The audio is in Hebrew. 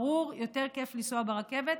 ברור שיותר כיף לנסוע ברכבת,